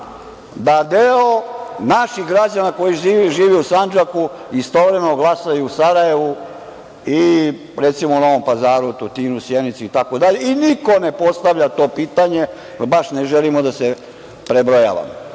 da deo naših građana koji žive u Sandžaku istovremeno glasaju u Sarajevu i recimo u Novom Pazaru, Tutinu, Sjenici itd. i niko ne postavlja to pitanje, baš ne želimo da se prebrojavamo. Ima